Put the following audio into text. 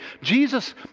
Jesus